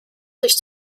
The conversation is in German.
sich